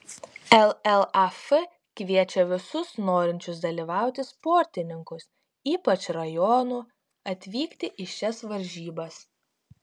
llaf kviečia visus norinčius dalyvauti sportininkus ypač rajonų atvykti į šias varžybas